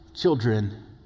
children